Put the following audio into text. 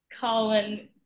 Colin